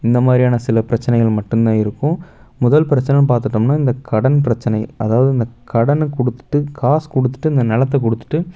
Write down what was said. இந்தமாதிரியான சில பிரச்சனைகள் மட்டுந்தான் இருக்கும் முதல் பிரச்சனைனு பார்த்துட்டோம்னா இந்த கடன் பிரச்சனை அதாவது இந்த கடனை கொடுத்துட்டு காசு கொடுத்துட்டு இந்த நிலத்த கொடுத்துட்டு